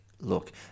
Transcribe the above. look